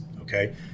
okay